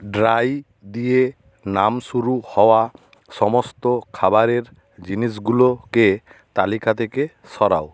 dry দিয়ে নাম শুরু হওয়া সমস্ত খাবারের জিনিসগুলোকে তালিকা থেকে সরাও